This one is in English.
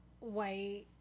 white